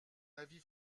avis